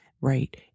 right